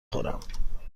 خورم